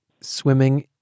swimming